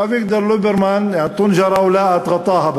ואביגדור ליברמן, טֻנג'רה ולקת ע'טאאה.